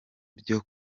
byo